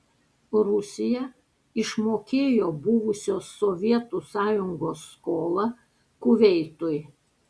rusija išmokėjo buvusios sovietų sąjungos skolą kuveitui